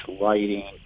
lighting